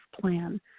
plan